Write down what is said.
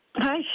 Hi